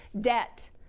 debt